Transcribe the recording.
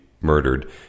murdered